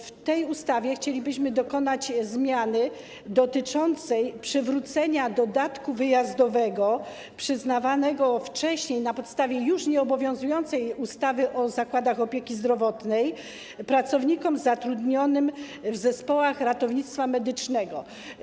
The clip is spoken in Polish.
W tej ustawie chcielibyśmy dokonać zmiany dotyczącej przywrócenia dodatku wyjazdowego przyznawanego wcześniej na podstawie już nieobowiązującej ustawy o zakładach opieki zdrowotnej pracownikom zatrudnionym w zespołach ratownictwa medycznego.